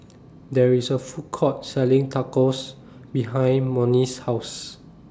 There IS A Food Court Selling Tacos behind Monnie's House